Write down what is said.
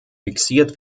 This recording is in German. fixiert